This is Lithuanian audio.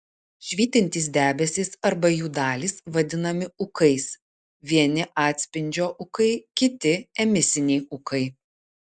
švytintys debesys arba jų dalys vadinami ūkais vieni atspindžio ūkai kiti emisiniai ūkai